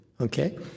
okay